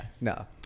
no